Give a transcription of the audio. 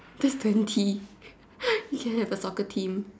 that's twenty you can have your soccer team